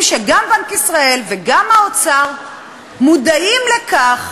שגם בנק ישראל וגם האוצר מודעים לכך